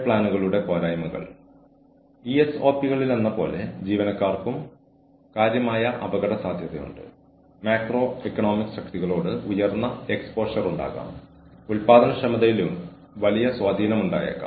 അതിനാൽ ന്യായമായ നഷ്ടപരിഹാര സമ്പ്രദായം ഉണ്ടായിരിക്കുന്നതിനൊപ്പം ജീവനക്കാർക്ക് അവരുടെ സേവനങ്ങൾക്ക് എന്തിനാണ് X നൽകുകയും Y നൽകാതിരിക്കുകയും ചെയ്യുന്നതെന്ന് ഓർഗനൈസേഷനോട് ചോദിക്കാനുള്ള ഒരു മാർഗവും സൌകര്യപ്രദവും സുരക്ഷിതവും നിരുപദ്രവകരവുമായ മാർഗവും ഉണ്ടായിരിക്കണം